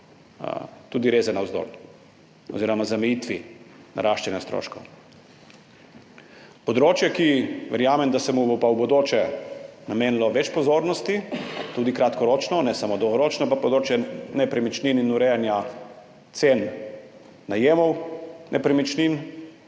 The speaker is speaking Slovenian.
reze navzdol oziroma zamejiti naraščanje stroškov. Področje, za katero verjamem, da se mu bo pa v bodoče namenilo več pozornosti, tudi kratkoročno, ne samo dolgoročno, pa je področje nepremičnin in urejanja cen najemov nepremičnin,